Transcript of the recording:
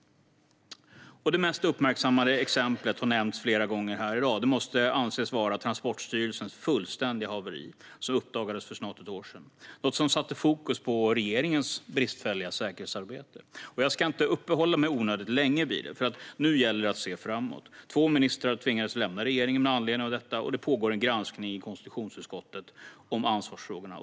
Det mest uppmärksammade exemplet har nämnts flera gånger här i dag och måste anses vara Transportstyrelsens fullständiga haveri som uppdagades för snart ett år sedan, något som satte fokus på regeringens bristfälliga säkerhetsarbete. Två ministrar tvingades lämna regeringen med anledning av detta, och det pågår en granskning i konstitutionsutskottet om ansvarsfrågorna.